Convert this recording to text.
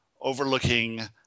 overlooking